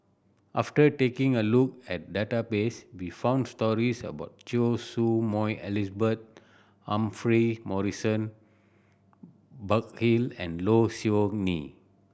after taking a look at database we found stories about Choy Su Moi Elizabeth Humphrey Morrison Burkill and Low Siew Nghee